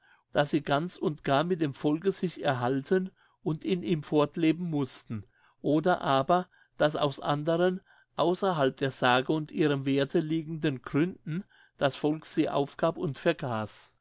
daß sie ganz und gar mit dem volke sich erhalten und in ihm fortleben mußten oder aber daß aus anderen außerhalb der sage und ihrem werthe liegenden gründen das volk sie aufgab und vergaß